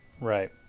Right